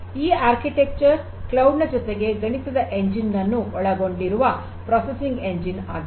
ಈ ವಾಸ್ತುಶಿಲ್ಪ ಕ್ಲೌಡ್ ನ ಜೊತೆಗೆ ಗಣಿತದ ಎಂಜಿನ್ ನನ್ನು ಒಳಗೊಂಡಿರುವ ಪ್ರೊಸೆಸಿಂಗ್ ಎಂಜಿನ್ ಆಗಿದೆ